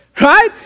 right